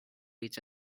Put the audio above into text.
each